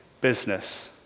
business